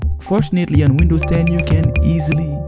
fortunately on windows ten, you can easily,